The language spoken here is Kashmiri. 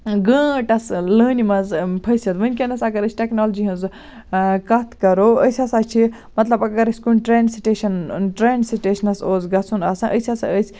گٲنٹَس لٲنہِ منٛز پھٔسِتھ ؤنکیٚنس اَگر أسۍ ٹیکنالجی ہنٛز کَتھ کرو أسۍ ہسا چھِ مطلب اَگر أسۍ کُنہِ ٹرین سِٹیشن ٹرین سِٹیشنَس اوس گژھُن آسان أسۍ ہسا ٲسۍ